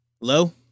hello